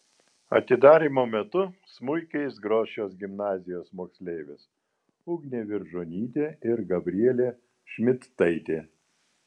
atidarymo metu smuikais gros šios gimnazijos moksleivės ugnė viržonytė ir gabrielė šmidtaitė